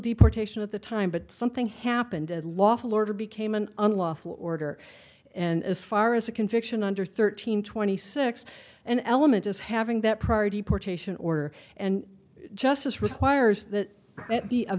deportation at the time but something happened and lawful order became an unlawful order and as far as a conviction under thirteen twenty six an element as having that prior deportation order and justice requires that it be a